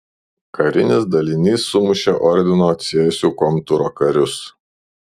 karinis dalinys sumušė ordino cėsių komtūro karius